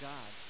God